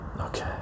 Okay